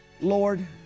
Lord